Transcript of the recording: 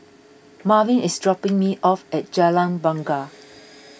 Marvin is dropping me off at Jalan Bungar